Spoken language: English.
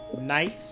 night